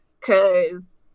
cause